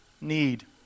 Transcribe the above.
need